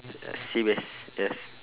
sea bass yes